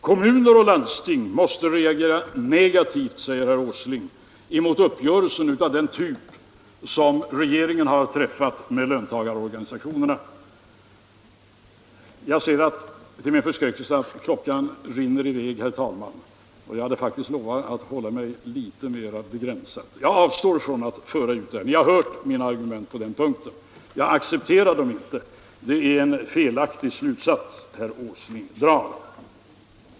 Kommuner och landsting måste reagera negativt, säger herr Åsling, mot uppgörelser av den typ som regeringen har träffat med löntagarorganisationerna. — Jag ser till min förskräckelse att tiden rinner i väg, herr talman, och jag hade faktiskt lovat att begränsa mig litet mer. Jag avstår från att föra ut resonemanget här. Ni har hört mina argument. Det är en felaktig slutsats herr Åsling drar.